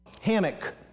hammock